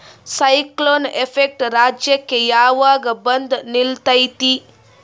Cyclone effect ರಾಜ್ಯಕ್ಕೆ ಯಾವಾಗ ಬಂದ ನಿಲ್ಲತೈತಿ?